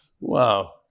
Wow